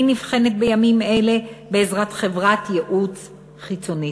נבחנת בימים אלה בעזרת חברת ייעוץ חיצונית.